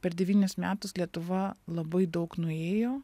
per devynis metus lietuva labai daug nuėjo